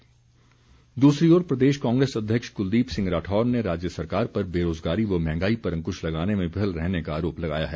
राढौर दूसरी ओर प्रदेश कांग्रेस अध्यक्ष क्लदीप सिंह राठौर ने राज्य सरकार पर बेरोजगारी व महंगाई पर अंकुश लगाने में विफल रहने का आरोप लगाया है